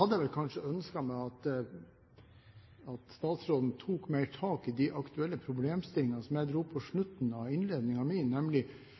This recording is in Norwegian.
hadde kanskje ønsket meg at statsråden tok mer tak i de aktuelle problemstillingene som jeg dro opp på slutten av innledningen min.